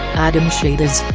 adam shadis,